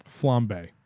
Flambe